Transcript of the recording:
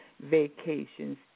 vacations